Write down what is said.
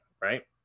right